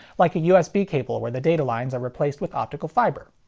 like a usb cable where the data lines are replaced with optical fiber?